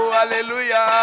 hallelujah